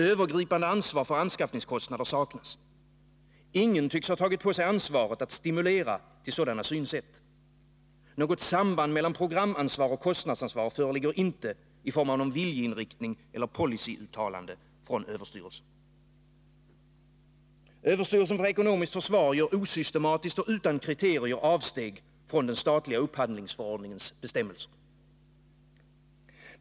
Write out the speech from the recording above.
Övergripande ansvar för anskaffningskostnader saknas. Ingen tycks ha tagit på sig ansvaret för att stimulera till sådana synsätt. Något samband mellan programansvar och kostnadsansvar föreligger inte i form av viljeinriktning eller policyuttalande från överstyrelsen. Överstyrelsen för ekonomiskt försvar gör osystematiskt och utan kriterier avsteg från den statliga upphandlingsförordningens bestämmelser.